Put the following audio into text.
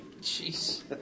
Jeez